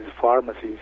pharmacies